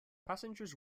passengers